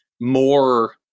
more